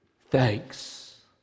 thanks